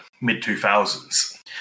mid-2000s